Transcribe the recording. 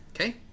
Okay